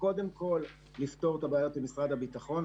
קודם כול לפתור את הבעיות עם משרד הביטחון,